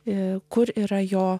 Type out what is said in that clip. ir kur yra jo